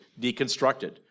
deconstructed